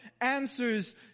answers